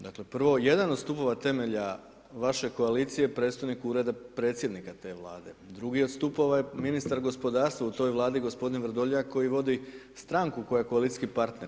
Dakle, prvo jedan od stupova temelja vaše koalicije predstojnik ureda predsjednika te vlade, drugi od stupova je ministar gospodarstva u toj vladi g. Vrdoljak, koja vodi stranki koja je koalicijski partner.